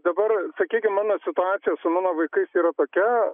dabar sakykim mano situacijos mano vaikais yra tokia